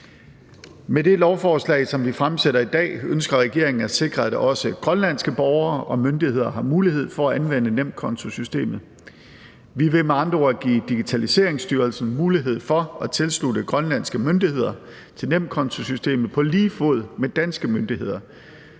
Med det lovforslag, som vi behandler i dag, ønsker regeringen at sikre, at også grønlandske borgere og myndigheder har mulighed for at anvende nemkontosystemet. Vi vil med andre ord give Digitaliseringsstyrelsen mulighed for at tilslutte grønlandske myndigheder til nemkontosystemet på lige fod med danske myndigheder,